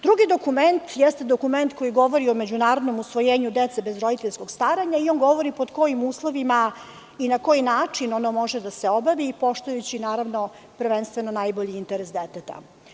Drugi dokument jeste dokument koji govori o međunarodnom usvojenju dece bez roditeljskog staranja i on govori pod kojim uslovima i na koji način ono može da se obavi, poštujući najbolji interes deteta.